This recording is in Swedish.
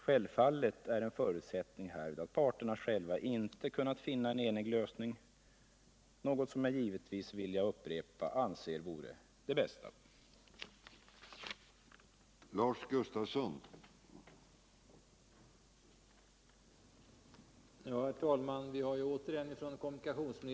Självfallet är en förutsättning härvid att parterna själva inte kunnat enas om en lösning, något som jag givetvis, det vill jag upprepa, anser vore det bästa.